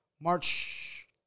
March